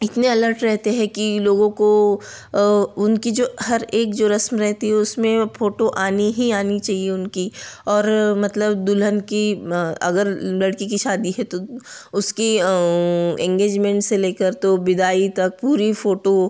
इतने अलर्ट रहते हैं कि लोगों को उनकी जो हर एक जो रस में रहती है उसमें फ़ोटो आनी ही आनी चाहिए उनकी और मतलब दुल्हन की अगर लड़की की शादी है तो उसकी इंगेजमेंट से लेकर तो विदाई तक पूरी फ़ोटो